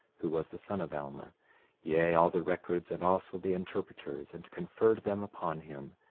who was the son of alma yea, all the records, and also the interpreters, and conferred them upon him,